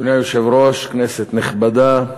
אדוני היושב-ראש, כנסת נכבדה,